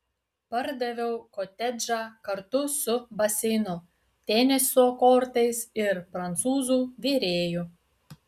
pardaviau kotedžą kartu su baseinu teniso kortais ir prancūzų virėju